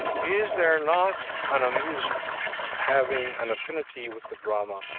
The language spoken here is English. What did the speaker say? is there not an amusement, having an affinity with the drama,